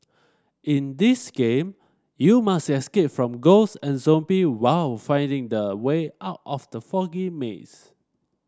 in this game you must escape from ghost and zomby while finding the way out of the foggy maze